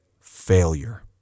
failure